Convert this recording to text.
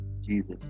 Jesus